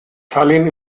tallinn